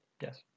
Yes